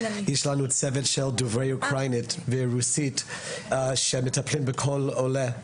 יש לנו צוות של דוברי אוקראינית ורוסית שמטפל בכל עולה.